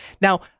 Now